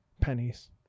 pennies